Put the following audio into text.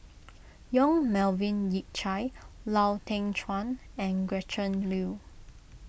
Yong Melvin Yik Chye Lau Teng Chuan and Gretchen Liu